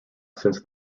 since